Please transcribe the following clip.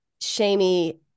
shamey